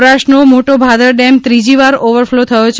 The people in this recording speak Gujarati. સૌરાષ્ટ્રનો મોટો ભાદર ડેમ ત્રીજી વાર ઓવેરફલો થયો છે